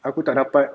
aku tak rapat